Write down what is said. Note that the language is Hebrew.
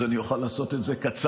אז אני אוכל לעשות את זה קצר,